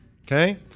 Okay